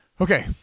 Okay